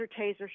Taser